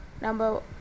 number